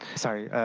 sorry.